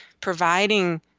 providing